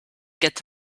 get